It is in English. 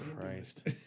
Christ